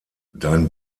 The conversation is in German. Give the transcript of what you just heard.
dein